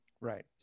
Right